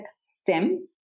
STEM